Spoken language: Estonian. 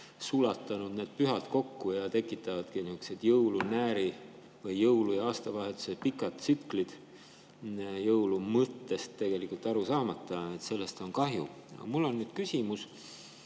sulatanud need pühad kokku ja tekitanudki nihukesed jõulu ja nääri või jõulu ja aastavahetuse pikad tsüklid jõulu mõttest tegelikult aru saamata. Sellest on kahju. Mul on nüüd küsimus.